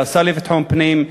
לשר לביטחון הפנים,